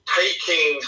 taking